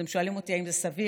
אתם שואלים אותי: האם זה סביר?